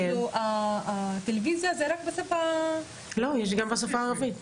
יש גם בשפה הערבית.